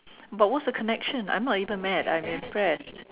but what's the connection I'm not even mad I'm impressed